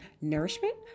nourishment